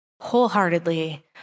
wholeheartedly